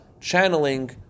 channeling